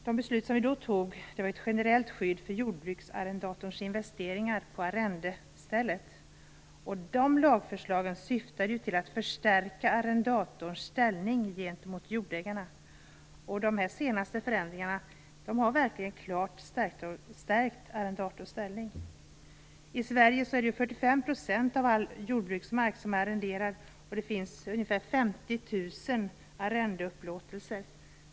De beslut som vi då tog gav ett generellt skydd för jordbruksarrendatorns investeringar på arrendestället. De besluten syftade till att förstärka arrendatorns ställning gentemot jordägaren, och de genomförda förändringarna har verkligen klart stärkt arrendatorns ställning. I Sverige arrenderas 45 % av all jordbruksmark, och det finns ungefär 50 000 arrendeupplåtelser.